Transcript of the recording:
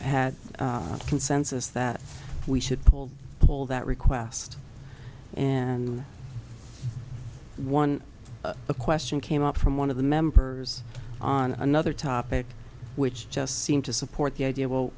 had consensus that we should pull all that request and one a question came up from one of the members on another topic which just seemed to support the idea well